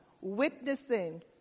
Witnessing